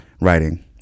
Writing